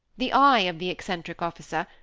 the eye of the eccentric officer,